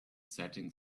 setting